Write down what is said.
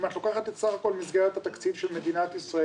אם את לוקחת את סך הכול מסגרת התקציב של מדינת ישראל,